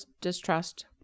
distrust